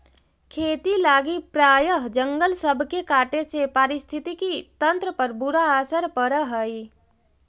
खेती लागी प्रायह जंगल सब के काटे से पारिस्थितिकी तंत्र पर बुरा असर पड़ हई